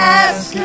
ask